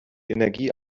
energie